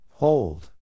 Hold